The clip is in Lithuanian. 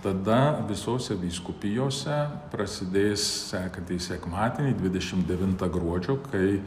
tada visose vyskupijose prasidės sekantį sekmadienį dvidešim devintą gruodžio kai